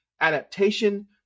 adaptation